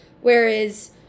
Whereas